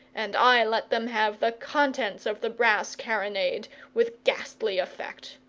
and i let them have the contents of the brass carronade, with ghastly effect.